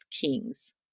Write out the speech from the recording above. kings